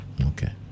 Okay